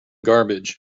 garbage